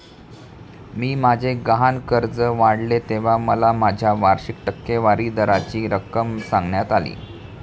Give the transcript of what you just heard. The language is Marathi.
मी माझे गहाण कर्ज काढले तेव्हा मला माझ्या वार्षिक टक्केवारी दराची रक्कम सांगण्यात आली